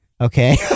okay